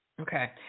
Okay